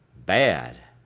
bad?